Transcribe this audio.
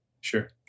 Sure